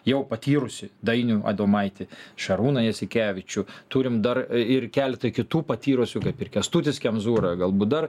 jau patyrusi dainių adomaitį šarūną jasikevičių turim dar ir keletą kitų patyrusių kaip ir kęstutis kemzūra galbūt dar